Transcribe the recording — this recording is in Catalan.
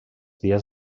dies